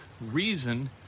reason